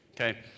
Okay